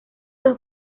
dos